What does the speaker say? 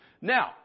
Now